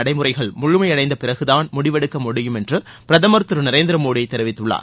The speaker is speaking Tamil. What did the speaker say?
நடைமுறைகள் முழுமையடைந்த பிறகுதான் முடிவெடுக்க முடியும் என்று பிரதமர் திரு நரேந்திரமோடி தெரிவித்துள்ளார்